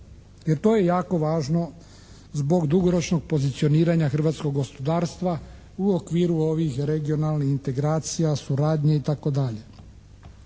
Jer to je jako važno zbog dugoročnog pozicioniranja hrvatskog gospodarstva u okviru ovih regionalnih integracija, suradnje, itd.